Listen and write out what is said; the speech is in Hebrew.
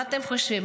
ומה אתם חושבים,